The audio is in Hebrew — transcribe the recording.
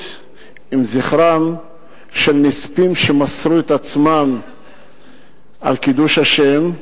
עם זכרם של נספים שמסרו את עצמם על קידוש השם,